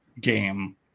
Game